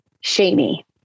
shamey